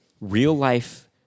real-life